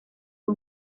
fue